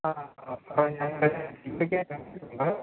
ആ അത് ഞങ്ങളുടെ ഡ്യൂപ്ലിക്കേറ്റ് ആണ് നിങ്ങൾ